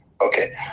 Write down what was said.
Okay